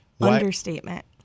Understatement